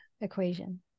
equation